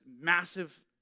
massive